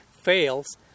fails